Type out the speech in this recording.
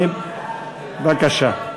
בבקשה.